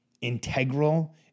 integral